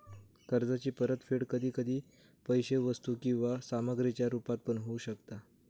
कर्जाची परतफेड कधी कधी पैशे वस्तू किंवा सामग्रीच्या रुपात पण होऊ शकता